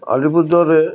আলিপুরদুয়ারে